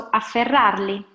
afferrarli